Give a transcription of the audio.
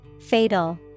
Fatal